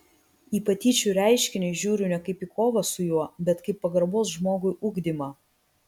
į patyčių reiškinį žiūriu ne kaip į kovą su juo bet kaip pagarbos žmogui ugdymą